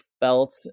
felt